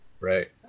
right